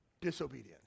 disobedience